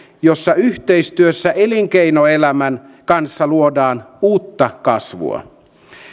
jossa yhteistyössä elinkeinoelämän kanssa luodaan uutta kasvua